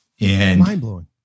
Mind-blowing